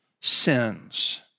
sins